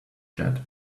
jet